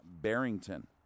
Barrington